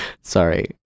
sorry